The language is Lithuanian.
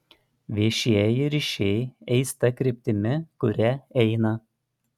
viešieji ryšiai eis ta kryptimi kuria eina